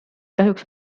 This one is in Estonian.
kahjuks